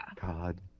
God